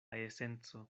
esenco